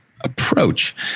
approach